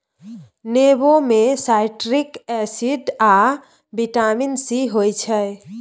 नेबो मे citric acid आ बिटामिन सी होइ छै